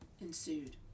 ensued